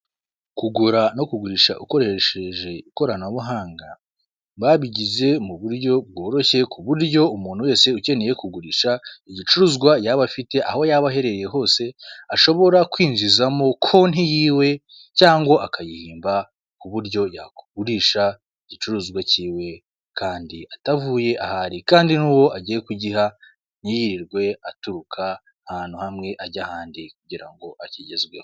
Kugura no kugurisha ukoresheje ikoranabuhanga babigize muburyo bworoshye kuburyo umuntu wese ukeneye igicuruzwa yabafite aho yaba aherereye hose ashobora kwinjizamo konti yiwe cyangwa akayihimba ku buryo yakogurisha igicuruzwa kiwe kandi atavuye ahari kandi n'uwo agiye kugiha ntirirwe aturuka ahantu hamwe ajya ahandi kugira ngo akigezweho.